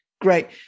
Great